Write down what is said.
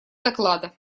доклада